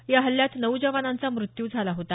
या हल्ल्यात नऊ जवानांचा मृत्यू झाला होता